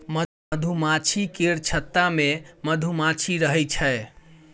मधुमाछी केर छत्ता मे मधुमाछी रहइ छै